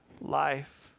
life